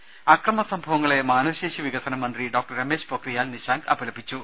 ് അക്രമസംഭവങ്ങളെ മാനവശേഷി വികസന് മന്ത്രി ഡോക്ടർ രമേശ് പൊക്രിയാൽ നിശാങ്ക് അപലപിച്ചു